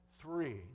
three